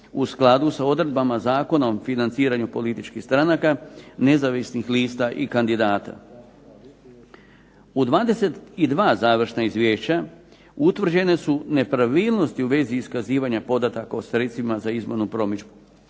u skladu sa odredbama Zakona o financiranju političkih stranaka, nezavisnih lista i kandidata. U 22 završna izvješća utvrđene su nepravilnosti u vezi iskazivanja podataka o sredstvima za izbornu promidžbu.